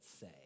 Say